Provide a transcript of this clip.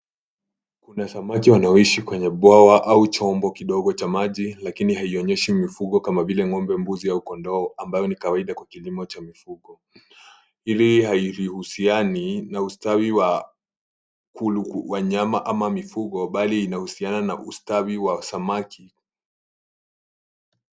Kuna samaki wanoishi kwa bwawa au chombo kidogo cha maji lakini haionyeshi mifugo kama vile ng'ombe, mbuzi au kondoo ambayo ni kawaida kwa kilimo cha mfugo. Hili halihusiani na ustawi wa wanyama au mifugo bali inahusiana na ustawi wa samaki.